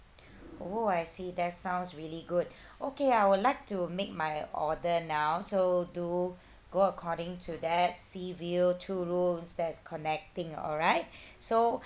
oh I see that sounds really good okay I would like to make my order now so do go according to that sea view two rooms that is connecting alright so